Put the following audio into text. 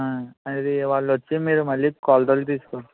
అది వాళ్ళు వచ్చి మీరు మళ్లీ కొలతలు తీసుకో